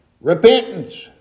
Repentance